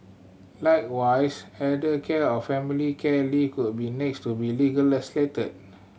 likewise elder care or family care leave could be next to be legislated